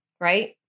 right